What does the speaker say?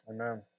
Amen